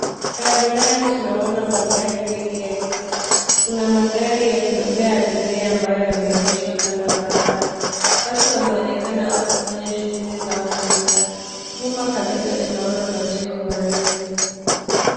Barabarani tunaona magari mengi yakipita, kuna magari ya kubebea abiria ambayo yameegeshwa kando ya barabara. Watu wanaonekana wakifanya shughuli zao mbali mbali, nyuma kabisa tunaona majengo marefu.